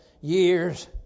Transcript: years